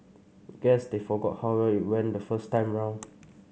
guess they forgot how well it went the first time round